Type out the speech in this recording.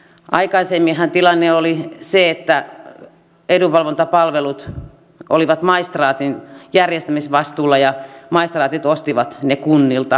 aikaisemminhan tilanne oli se että edunvalvontapalvelut olivat maistraatin järjestämisvastuulla ja maistraatit ostivat ne kunnilta